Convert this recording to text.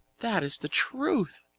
that is the truth.